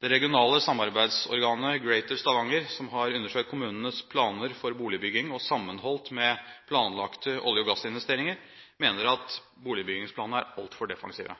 Det regionale samarbeidsorganet Greater Stavanger, som har undersøkt kommunenes planer for boligbygging og sammenholdt med planlagte olje- og gassinvesteringer, mener at boligbyggingsplanene er altfor defensive.